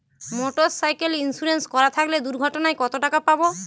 Motorcycle insurance করা থাকলে দুঃঘটনায় কতটাকা পাব?